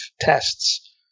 tests